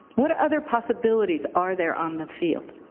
what other possibilities are there on the field?